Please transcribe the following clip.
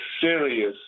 serious